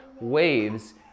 waves